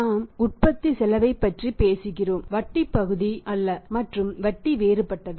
நாம் உற்பத்தி செலவை பற்றி பேசுகிறோம் வட்டி பகுதி அல்ல மற்றும் வட்டி வேறுபட்டது